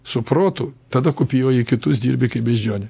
su protu tada kopijuoji kitus dirbi kaip beždžionė